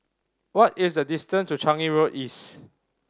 what is the distance to Changi Road East